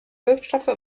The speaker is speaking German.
wirkstoffe